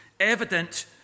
evident